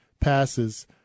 passes